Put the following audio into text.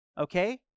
okay